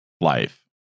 life